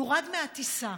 יורד מהטיסה.